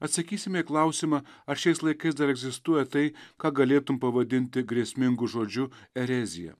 atsakysime į klausimą ar šiais laikais dar egzistuoja tai ką galėtum pavadinti grėsmingu žodžiu ereziją